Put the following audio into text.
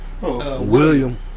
William